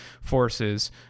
forces